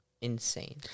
Insane